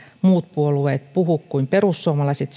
muut puolueet puhu kuin perussuomalaiset